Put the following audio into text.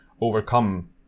overcome